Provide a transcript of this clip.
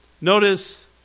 Notice